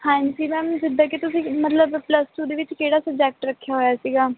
ਹਾਂਜੀ ਮੈਮ ਜਿੱਦਾਂ ਕਿ ਤੁਸੀਂ ਮਤਲਬ ਪਲੱਸ ਟੂ ਦੇ ਵਿੱਚ ਕਿਹੜਾ ਸਬਜੈਕਟ ਰੱਖਿਆ ਹੋਇਆ ਸੀਗਾ